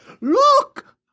look